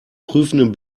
prüfenden